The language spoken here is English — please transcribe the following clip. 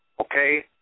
Okay